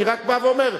אני רק בא ואומר,